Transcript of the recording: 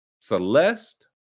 Celeste